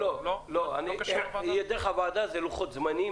כי דרך הוועדה זה לוחות זמנים,